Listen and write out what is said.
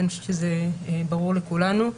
אני חושבת שזה ברור לכולנו.